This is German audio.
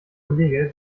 kollege